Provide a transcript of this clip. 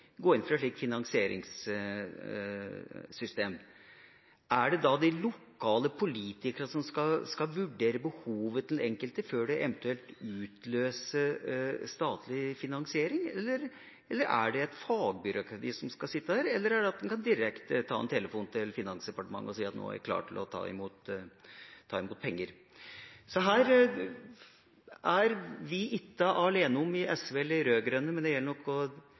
gå inn for et slikt finansieringssystem. Er det de lokale politikerne som skal vurdere behovet til enkelte før det eventuelt utløser statlig finansiering, eller er det et fagbyråkrati som skal sitte der, eller er det slik at en kan ta en telefon direkte til Finansdepartementet og si at nå er jeg klar til å ta imot penger? Her er ikke SV og de rød-grønne alene, også de borgerlige samarbeidspartnerne mener nok at her trengs det